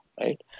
Right